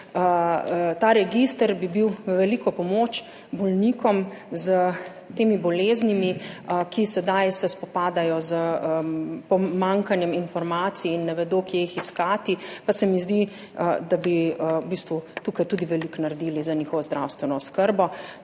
ta register bi bil v veliko pomoč bolnikom s temi boleznimi, ki se sedaj spopadajo s pomanjkanjem informacij in ne vedo, kje jih iskati. Zdi se mi, da bi v bistvu tukaj tudi veliko naredili za njihovo zdravstveno oskrbo,